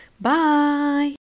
Bye